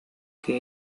que